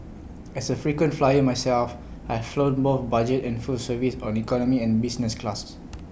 as A frequent flyer myself I've flown both budget and full service on economy and business classes